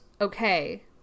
okay